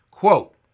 Quote